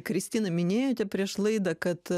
kristina minėjote prieš laidą kad